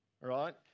right